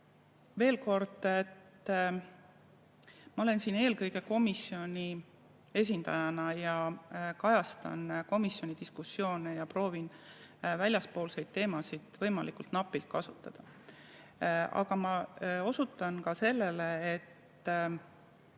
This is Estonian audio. Veel kord, ma olen siin eelkõige komisjoni esindajana, ma kajastan komisjoni diskussioone ja proovin väljaspoolseid teemasid võimalikult napilt kasutada. Aga ma osutan ka sellele –